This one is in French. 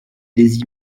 des